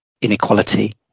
inequality